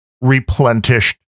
replenished